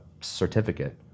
certificate